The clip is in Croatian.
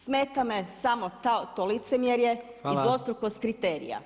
Smeta me samo to licemjerje i dvostrukost kriterija.